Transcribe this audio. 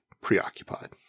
preoccupied